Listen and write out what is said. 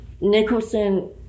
Nicholson